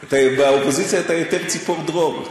באופוזיציה אתה יותר ציפור דרור.